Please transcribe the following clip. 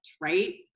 right